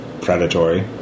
predatory